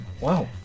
Wow